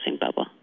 bubble